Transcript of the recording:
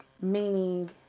meaning